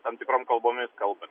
tam tikrom kalbomis kalba